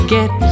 Get